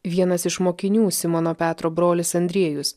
vienas iš mokinių simono petro brolis andriejus